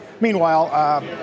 Meanwhile